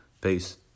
Peace